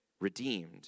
redeemed